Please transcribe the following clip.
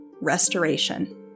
Restoration